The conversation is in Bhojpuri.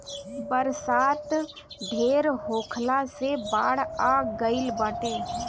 बरसात ढेर होखला से बाढ़ आ गइल बाटे